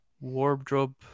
wardrobe